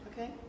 Okay